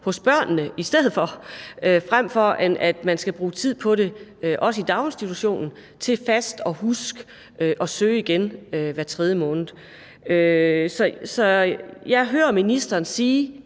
hos børnene, frem for at man har skullet bruge tid på, også i daginstitutionen, at huske at søge igen fast hver tredje måned. Jeg hører ministeren sige,